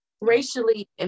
Racially